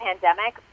pandemic